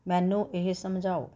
ਮੈਨੂੰ ਇਹ ਸਮਝਾਉ